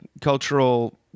cultural